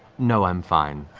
no i'm fine.